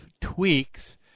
tweaks